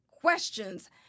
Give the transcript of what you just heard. questions